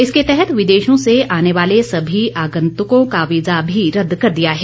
इसके तहत विदेशों से आने वाले सभी आगंतुकों का वीजा भी रद्द कर दिया है